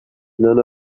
none